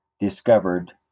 discovered